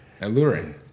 Alluring